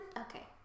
Okay